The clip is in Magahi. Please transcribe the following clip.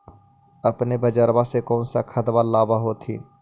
अपने बजरबा से कौन सा खदबा लाब होत्थिन?